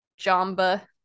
Jamba